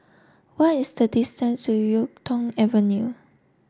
what is the distance to Yuk Tong Avenue